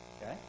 Okay